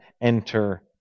enter